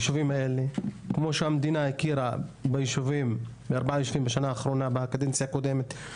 כמו שהמדינה הכירה בארבעה ישובים בקדנציה הקודמת,